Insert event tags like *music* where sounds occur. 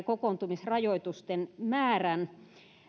*unintelligible* kokoontumisrajoitusten määrän